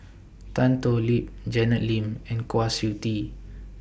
Tan Thoon Lip Janet Lim and Kwa Siew Tee